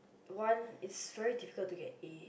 one is stretch people to get A